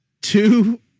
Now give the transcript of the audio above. two